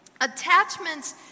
Attachments